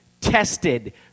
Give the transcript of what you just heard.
tested